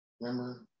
Remember